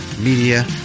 Media